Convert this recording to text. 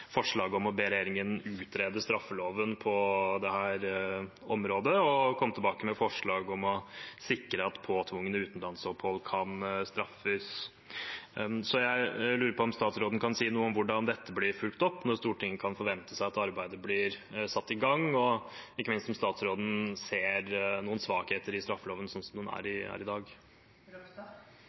forslaget om å be regjeringen utrede straffeloven på dette området og komme tilbake med forslag om å sikre at påtvungne utenlandsopphold kan straffes. Jeg lurer på om statsråden kan si noe om hvordan dette vil bli fulgt opp, når Stortinget kan forvente seg at arbeidet vil bli satt i gang, og ikke minst om statsråden ser noen svakheter i straffeloven sånn den er i dag. Jeg mener det Stortinget fatter vedtak om, er